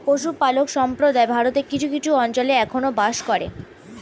পশুপালক সম্প্রদায় ভারতের কিছু কিছু অঞ্চলে এখনো বাস করে